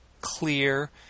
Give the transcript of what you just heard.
clear